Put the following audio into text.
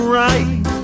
right